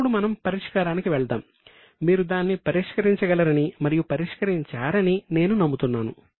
ఇప్పుడు మనం పరిష్కారానికి వెళ్దాం మీరు దాన్ని పరిష్కరించగలరని మరియు పరిష్కరించారని నేను నమ్ముతున్నాను